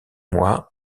mois